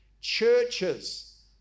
Churches